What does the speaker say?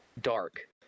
dark